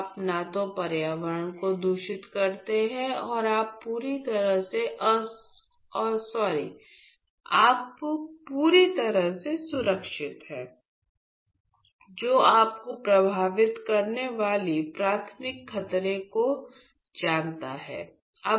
आप न तो पर्यावरण को दूषित करते हैं और आप पूरी तरह से सुरक्षित हैं जो आपको प्रभावित करने वाले प्राथमिक खतरे को जानते हैं